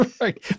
Right